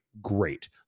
Great